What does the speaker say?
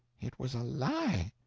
it was a lie.